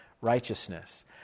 righteousness